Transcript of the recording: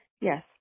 Yes